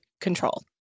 control